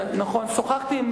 כן, נכון, שוחחתי עם